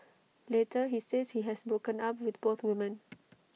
later he says he has broken up with both women